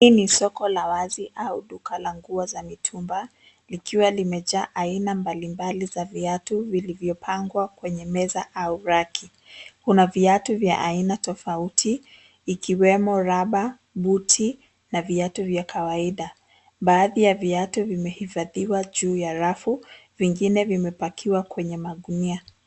Hii ni soko la wazi au duka la nguo za mitumba, likiwa limejaa aina mbalimbali za viatu vilivyopangwa kwenye meza au raki. Kuna viatu vya aina tofauti, ikiwemo raba, buti na viatu vya kawaida. Baadhi ya viatu vimehifadhiwa juu ya rafu, vingine vimepakiwa kwenye magunia.